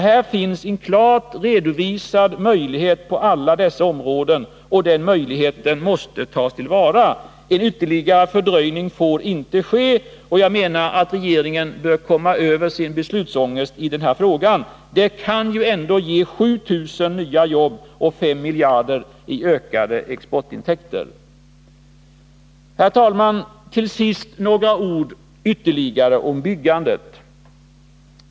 Här finns redovisad en klar möjlighet på alla dessa områden, och den möjligheten måste tas till vara. En ytterligare fördröjning får inte ske. Regeringen måste komma över sin beslutsångest i den här frågan. Det kan ju ändå ge 7 000 nya jobb och 5 miljarder i ökade exportintäkter. Herr talman! Till sist några ord ytterligare om byggandet.